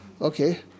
okay